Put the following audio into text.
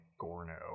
Gorno